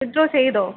withdraw ചെയ്തോ